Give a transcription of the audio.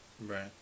Right